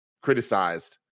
criticized